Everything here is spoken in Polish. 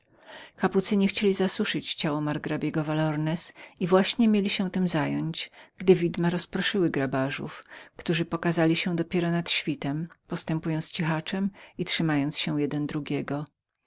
zastosować kapucyni chcieli zasuszyć margrabiego de valornez i właśnie mieli się tem zająć gdy widma rozproszyły grabarzów którzy pokazali się dopiero nad świtem postępując cichaczem i trzymając się jeden drugiego